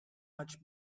much